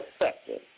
effective